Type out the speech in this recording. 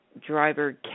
driver